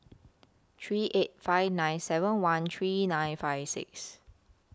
three eight five nine seven one three nine five six